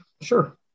sure